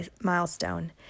milestone